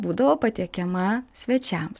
būdavo patiekiama svečiams